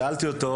שאלתי אותו: